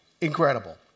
incredible